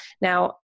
Now